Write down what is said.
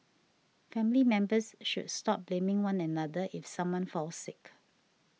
family members should stop blaming one another if someone falls sick